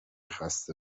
خسته